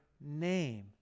name